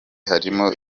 harimo